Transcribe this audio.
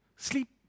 Sleep